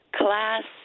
class